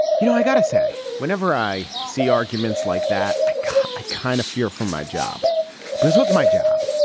you know i've got to say whenever i see arguments like that. i i kind of fear for my job because what's my job.